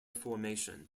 formation